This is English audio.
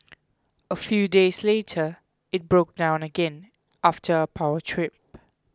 a few days later it broke down again after a power trip